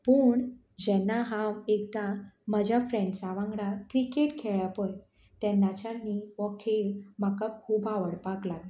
पूण जेन्ना हांव एकदां म्हज्या फ्रेंड्सा वांगडा क्रिकेट खेळ्ळां पोय तेन्नाच्यान न्ही हो खेळ म्हाका खूब आवडपाक लागलो